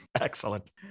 Excellent